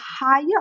higher